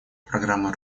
программы